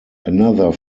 another